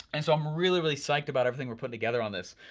and so i'm really really psyched about everything we're putting together on this.